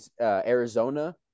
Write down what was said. Arizona